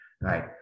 right